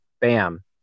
bam